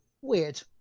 weird